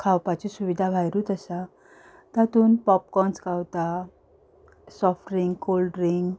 खावपाची सुविदा भायरूच आसा तातून पोपकोन्स गावता सॉफ्टड्रिंक कोल्ड ड्रिंक